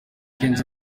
kenzo